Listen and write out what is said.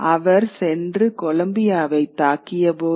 அவர் சென்று கொலம்பியாவைத் தாக்கியபோது